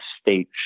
state